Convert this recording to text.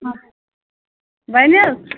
بَنہِ حظ